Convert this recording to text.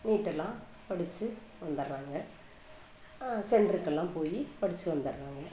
நீட்டெல்லாம் படித்து வந்துர்றாங்க சென்டருக்கெல்லாம் போய் படித்து வந்துர்றாங்க